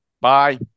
Bye